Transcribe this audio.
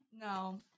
No